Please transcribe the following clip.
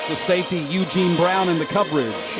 safety, eugene brown in the coverage